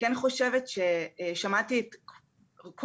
אז בהחלט,